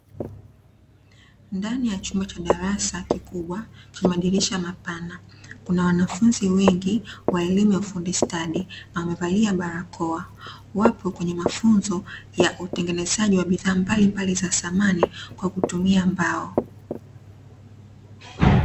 Ndani ya chumba cha darasa kikubwa chenye madirisha mapana, kuna wanafunzi wengi wa elimu ya ufundi stadi wamevalia barakoa, wapo kwenye mafunzo ya utengenezaji wa bidhaa mbalimbali za samani kwa kutumia mbao.